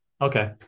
Okay